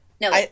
No